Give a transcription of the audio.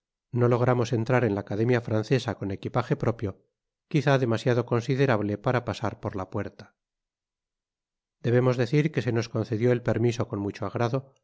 no logramos entrar en la academia francesa con equipaje propio quizá demasiado considerable para pasar por la puerta debemos decir que se nos concedió el permiso con mucho agrado